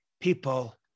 people